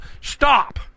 Stop